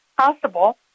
possible